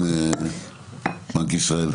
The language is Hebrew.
בנק ישראל.